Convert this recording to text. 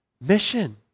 mission